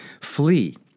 flee